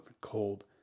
cold